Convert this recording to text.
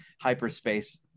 hyperspace